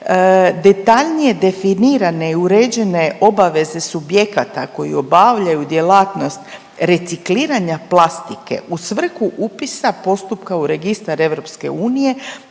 detaljnije definirane i uređene obaveze subjekata koji obavljaju djelatnost recikliranja plastike u svrhu upisa postupka u registar EU